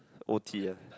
o_t ah